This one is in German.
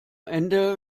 ende